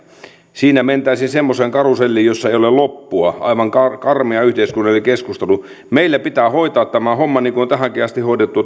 siinä mentäisiin semmoiseen karuselliin jossa ei ole loppua aivan karmea yhteiskunnallinen keskustelu meillä pitää hoitaa tämä homma niin kuin on tähänkin asti hoidettu